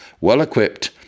well-equipped